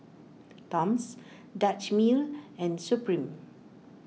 Toms Dutch Mill and Supreme